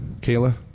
Kayla